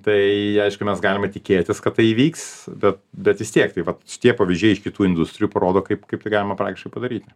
tai aišku mes galime tikėtis kad tai įvyks bet bet vis tiek tai vat šitie pavyzdžiai iš kitų industrijų parodo kaip kaip tai galima praktiškai padaryti